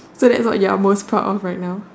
so that what you are most proud of right now